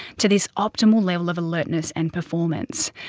to this optimal level of alertness and performance.